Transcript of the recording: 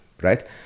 right